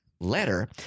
letter